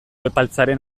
epaltzaren